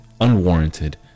unwarranted